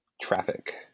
traffic